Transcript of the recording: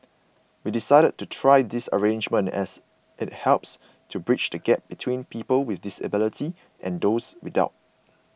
we decided to try this arrangement as it helps to bridge the gap between people with disabilities and those without